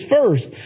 first